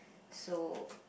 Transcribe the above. so